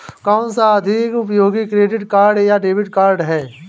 कौनसा अधिक उपयोगी क्रेडिट कार्ड या डेबिट कार्ड है?